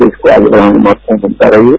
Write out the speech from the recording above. देश को आगे बढ़ाने में महत्वपूर्ण भूमिका रही है